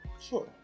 Sure